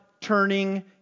turning